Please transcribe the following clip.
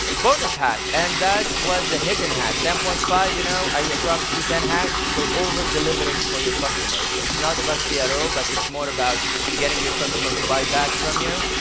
bonus hack, and that was a hidden hack. ten point five. you know i promised you ten hacks. so over delivering for your customers. it's not about cro but it's more about getting your customer to buy back from you.